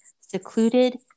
secluded